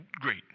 Great